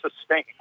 sustain